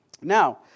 Now